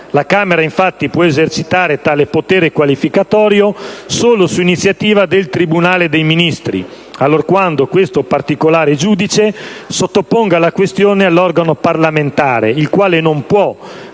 La Camera infatti può esercitare tale potere qualificatorio solo su iniziativa del tribunale dei Ministri, allorquando questo particolare giudice sottoponga la questione all'organo parlamentare, il quale non può,